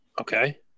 Okay